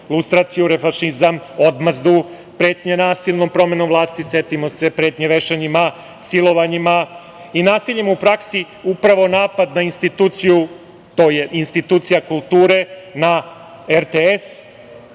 lustraciju, fašizam, odmazdu, pretnje nasilnom promenom vlasti. Setimo se pretnje vešanjima, silovanjima i nasiljima u praksi upravo napad na instituciju, to je institucija kulture na RTS,